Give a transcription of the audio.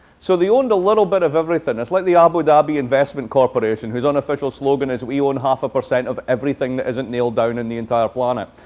so they owned a little bit of everything. that's like the abu dhabi investment corporation, whose unofficial slogan is, we own half a percent of everything that isn't nailed down on the entire planet.